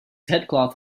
headcloth